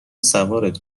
سوارت